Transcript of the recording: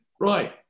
right